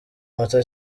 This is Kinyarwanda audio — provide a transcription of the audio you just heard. moto